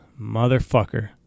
motherfucker